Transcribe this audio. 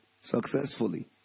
successfully